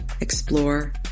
explore